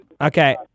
Okay